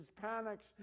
panics